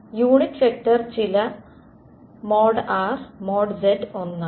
unit vector ചില |r| |z| ഒന്നാണ്